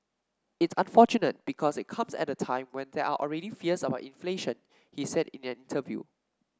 it's unfortunate because it comes at a time when there are already fears about inflation he said in an interview